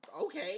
Okay